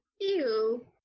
Ew